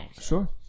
sure